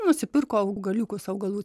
nusipirko augaliukus augalų